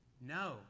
No